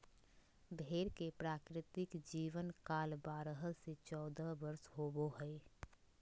भेड़ के प्राकृतिक जीवन काल बारह से चौदह वर्ष होबो हइ